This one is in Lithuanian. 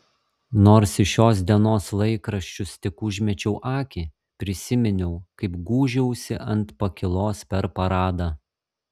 nors į šios dienos laikraščius tik užmečiau akį prisiminiau kaip gūžiausi ant pakylos per paradą